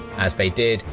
as they did,